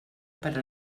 per